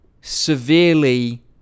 severely